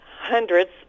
hundreds